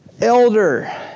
elder